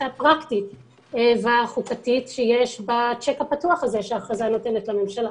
הפרקטית והחוקתית שיש בצ'ק הפתוח הזה שההכרזה נותנת לממשלה.